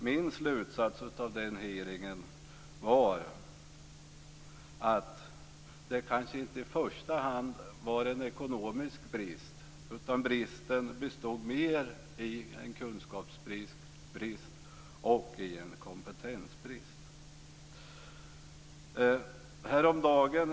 Min slutsats av den hearingen var att det kanske inte första hand fanns en ekonomisk brist utan en brist på kunskap och kompetens.